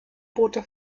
boote